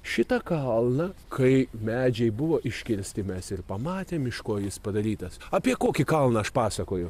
šitą kalną kai medžiai buvo iškirsti mes ir pamatėm iš ko jis padarytas apie kokį kalną aš pasakoju